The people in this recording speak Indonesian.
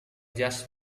jas